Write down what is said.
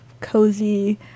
cozy